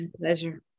pleasure